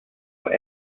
were